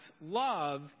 love